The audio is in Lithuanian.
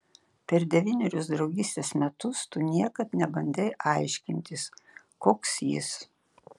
per devynerius draugystės metus tu niekad nebandei aiškintis koks jis